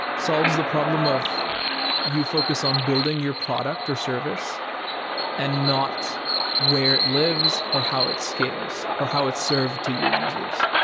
solves the problem of you focus on building your product or service and not where it lives or how it scales or how it's served to your users.